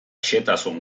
xehetasun